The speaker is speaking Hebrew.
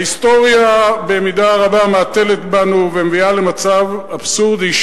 ההיסטוריה במידה רבה מהתלת בנו ומביאה למצב אבסורדי,